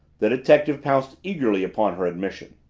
the detective pounced eagerly upon her admission.